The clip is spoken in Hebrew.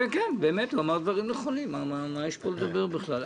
באמת הוא אמר דברים נכונים, מה יש פה לדבר בכלל.